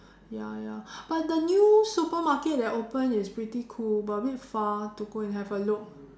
ya ya but the new supermarket that opened is pretty cool but a bit far to go and have a look